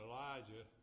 Elijah